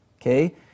Okay